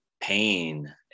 pain